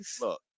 look